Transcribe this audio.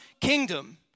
kingdom